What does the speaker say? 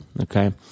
okay